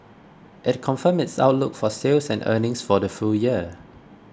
it confirmed its outlook for sales and earnings for the full year